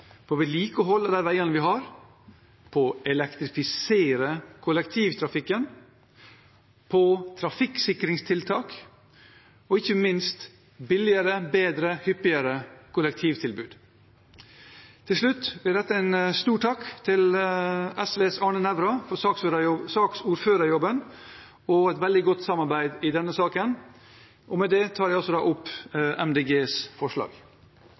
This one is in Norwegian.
på vedlikehold av de veiene vi har, på å elektrifisere kollektivtrafikken, på trafikksikringstiltak, og ikke minst på billigere, bedre og hyppigere kollektivtilbud. Til slutt vil jeg rette en stor takk til SVs Arne Nævra for saksordførerjobben og et veldig godt samarbeid i denne saken. Med det tar jeg opp Miljøpartiet De Grønnes forslag.